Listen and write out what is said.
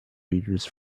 readers